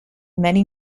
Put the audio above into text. many